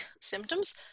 Symptoms